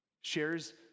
Shares